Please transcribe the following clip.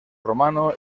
romano